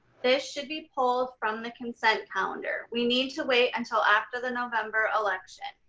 this should be pulled from the consent calendar. we need to wait until after the november election.